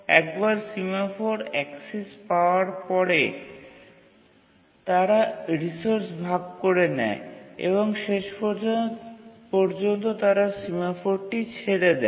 একবার semaphore access পাওয়ার পরে তারা রিসোর্স ভাগ করে নেয় এবং শেষ পর্যন্ত তারা সিমফোরটি ছেড়ে দেয়